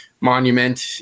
monument